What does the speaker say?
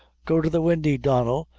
go to the windy, donnel,